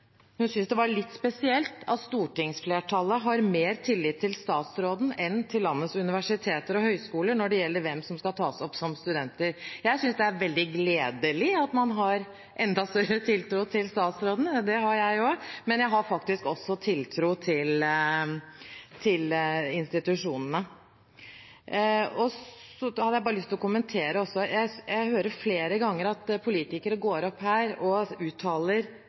har mer tillit til statsråden enn til landets universiteter og høgskoler når det gjelder hvem som skal tas opp som studenter». Jeg synes det er veldig gledelig at man har enda større tiltro til statsråden – det har jeg også – men jeg har faktisk også tiltro til institusjonene. Jeg har også lyst til å kommentere det at jeg hører politikere gå opp her og uttale gjentatte ganger at